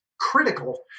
critical